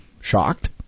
Shocked